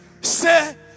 say